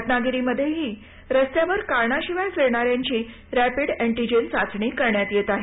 रत्नागिरीमध्येही रस्त्यावर कारणाशिवाय फिरणाऱ्यांची रॅपिड अँटीजेन चाचणी करण्यात येत आहे